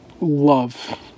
love